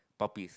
puppies